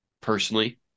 personally